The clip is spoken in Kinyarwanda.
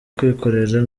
kwikorera